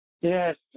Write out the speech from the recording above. Yes